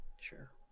Sure